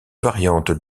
variante